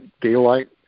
daylight